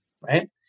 right